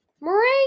Meringue